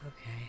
Okay